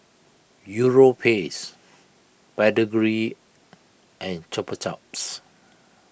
Europace Pedigree and Chupa Chups